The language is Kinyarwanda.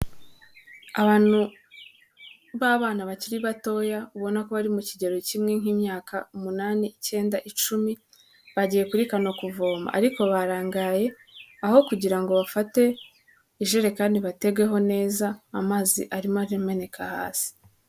Abantu b'abana bakiri batoya ubona ko bari mu kigero kimwe nk'imyaka umunani, icyenda, icumi. Bagiye kurikana kuvoma ariko barangaye aho kugira ngo bafate ijerekani batetegeho neza amazi arimo ameneka hasi.